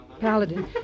Paladin